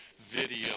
video